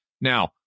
Now